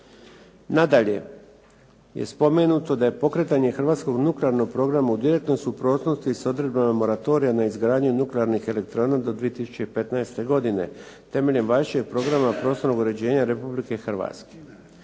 Nadalje je spomenuto da je pokretanje hrvatskog nuklearnog programa u direktnoj suprotnosti s odredbama moratorija na izgradnji nuklearnih elektrana do 2015. godine temeljem važećeg Programa prostornog uređenja Republike Hrvatske.